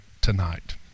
tonight